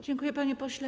Dziękuję, panie pośle.